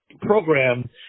program